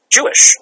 Jewish